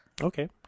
Okay